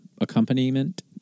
accompaniment